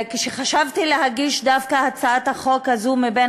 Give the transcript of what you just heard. כשחשבתי להגיש דווקא את הצעת החוק הזאת מבין